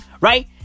right